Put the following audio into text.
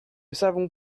savons